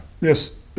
yes